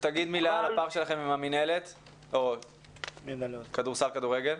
מה הפער עם מנהלות הכדורסל והכדורגל?